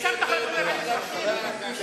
תקבל זכויות.